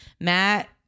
Matt